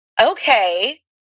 okay